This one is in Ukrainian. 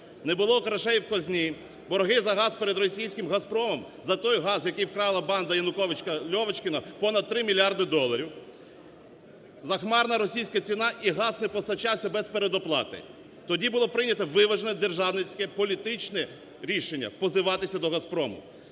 Не було грошей в казні, борги за газ перед російським "Газпромом" за той газ, який вкрала банда Януковича-Львочкіна понад 3 мільярди доларів, захмарна російська ціна, і газ не постачався без передоплати. Тоді було прийняте виважене державницьке політичне рішення – позиватися до "Газпрому".